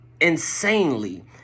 insanely